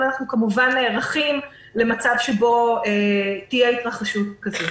אבל אנחנו כמובן נערכים למקרה שתהיה התרחשות כזאת.